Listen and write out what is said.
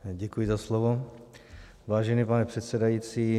Děkuji za slovo, vážený pane předsedající.